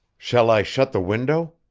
shall i shut the window?